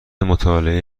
مطالعه